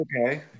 okay